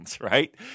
right